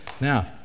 Now